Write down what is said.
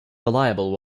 reliable